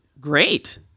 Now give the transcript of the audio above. great